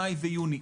מאי ויוני.